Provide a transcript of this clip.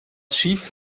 schiff